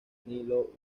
nilo